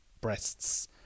breasts